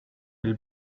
will